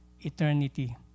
eternity